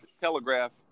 telegraph